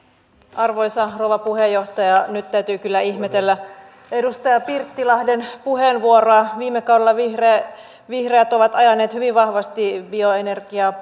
arvoisa rouva puheenjohtaja nyt täytyy kyllä ihmetellä edustaja pirttilahden puheenvuoroa viime kaudella vihreät ovat ajaneet hyvin vahvasti bioenergiaa